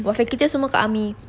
boyfriend kita semua kat army